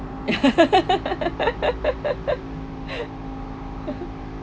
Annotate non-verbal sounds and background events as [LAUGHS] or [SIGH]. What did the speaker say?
[LAUGHS]